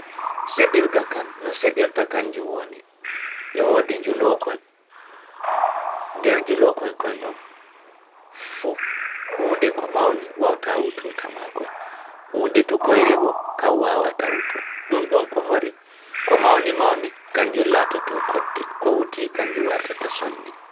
Seɗirga e woodi njulo koñ, nder njulo koñ koñ ɗon, fuu huunde ko mawni wawtaa wuto to ta makoñ, huunde tokoyre bo kan waawata wuto, ɗum ɗon ko hori ko mawni kañnjun laatoto koɗde, ko wutii kañnju wartata sonndi.